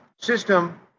system